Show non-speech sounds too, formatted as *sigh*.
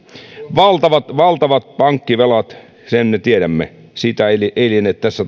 valtavat valtavat pankkivelat sen me tiedämme siitä ei liene tässä *unintelligible*